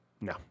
no